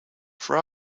for